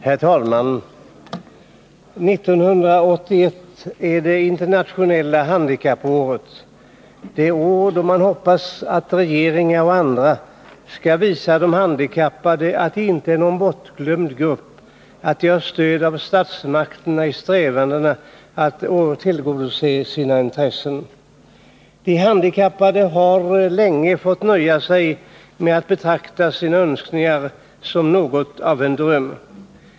Herr talman! 1981 är det internationella handikappåret, det år då man hoppas att regeringar och andra skall visa de handikappade att de inte är någon bortglömd grupp och att de har stöd av statsmakterna i strävandena att tillgodose sina intressen. De handikappade har länge fått nöja sig med att betrakta sina önskningar som något av en dröm.